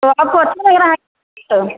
तो आपको अच्छा लग रहा तो